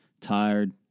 Tired